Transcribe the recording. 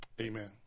Amen